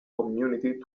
community